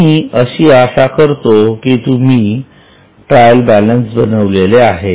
मी अशी आशा करतो की तुम्ही ट्रायल बॅलन्स बनविले आहे